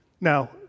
Now